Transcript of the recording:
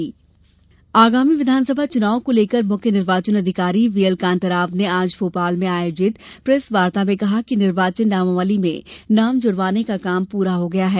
चुनाव आयोग आगामी विधानसभा चुनाव को लेकर मुख्य निर्वाचन अधिकारी वीएल कांताराव ने आज भोपाल में आयोजित प्रेस वार्ता में कहा कि निर्वाचन नामावली में नाम जुड़वाने का काम पूरा हो गया है